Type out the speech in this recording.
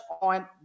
on